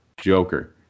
Joker